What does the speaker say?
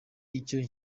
icyo